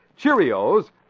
Cheerios